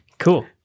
Cool